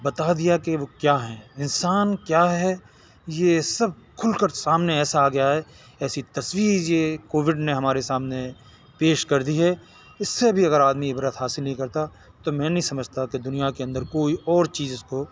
بتا دیا کہ وہ کیا ہیں انسان کیا ہے یہ سب کھل کر سامنے ایسا آ گیا ہے ایسی تصویر یہ کووڈ نے ہمارے سامنے پیش کر دی ہے اس سے بھی اگر آدمی عبرت حاصل نہیں کرتا تو میں نہیں سمجھتا کہ دنیا کے اندر کوئی اور چیز اس کو